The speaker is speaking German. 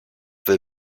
will